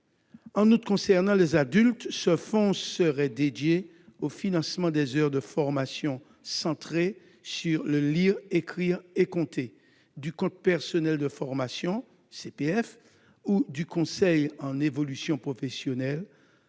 relais. Concernant les adultes, ce fonds serait également dédié au financement des heures de formation centrées sur le cap lire-écrire-compter du compte personnel de formation (CPF) ou du conseil en évolution professionnelle